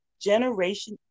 Generation